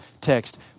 text